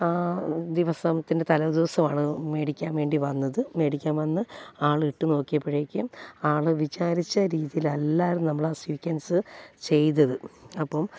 ആ ദിവസത്തിൻ്റെ തലേദിവസമാണ് മേടിക്കാൻ വേണ്ടി വന്നത് മേടിക്കാൻ വന്ന് ആൾ ഇട്ടു നോക്കിയപ്പോഴേക്കും ആൾ വിചാരിച്ച രീതിയിലല്ലായിരുന്നു നമ്മളാ സീക്ക്വൻസ് ചെയ്തത് അപ്പം